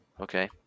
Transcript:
Okay